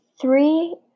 three